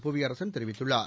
புவியரசன் தெரிவித்துள்ளார்